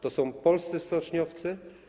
To są polscy stoczniowcy.